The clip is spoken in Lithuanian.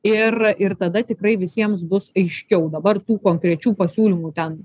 ir ir tada tikrai visiems bus aiškiau dabar tų konkrečių pasiūlymų ten